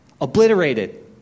Obliterated